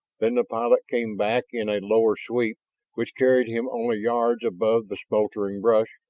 then the pilot came back in a lower sweep which carried him only yards above the smoldering brush,